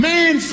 Man